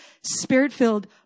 spirit-filled